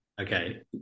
Okay